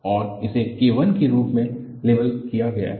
और इसे K I के रूप में लेबल किया गया है